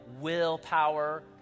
willpower